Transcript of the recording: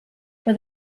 for